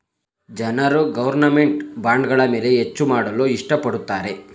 ಜನರು ಗೌರ್ನಮೆಂಟ್ ಬಾಂಡ್ಗಳ ಮೇಲೆ ಹೆಚ್ಚು ಮಾಡಲು ಇಷ್ಟ ಪಡುತ್ತಾರೆ